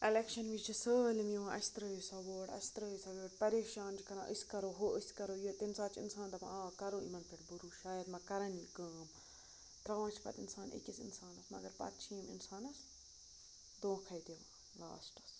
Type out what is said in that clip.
election وِزۍ چھِ سٲلِم یوان اسہِ ترٛٲیِو سا ووٹ اسہِ ترٛٲیِو سا ووٹ پریشان چھِ کَران أسۍ کرو ہُو أسۍ کرو یہِ تَمہِ ساتہٕ چھُ انسان دپان آ کَرو یِمن پٮ۪ٹھ بھروسہٕ شاید ما کَرَن یِم کٲم ترٛاوان چھُ پَتہٕ انسان أکِس انسانَس پَتہٕ چھِ یم انسانس دھونٛکھٔے دِوان لاسٹَس